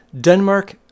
Denmark